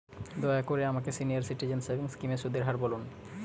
দয়া করে আমাকে সিনিয়র সিটিজেন সেভিংস স্কিমের সুদের হার বলুন